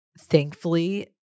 thankfully